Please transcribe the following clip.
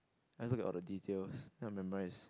I just look at all the details then I'll memorise